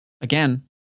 Again